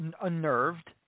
unnerved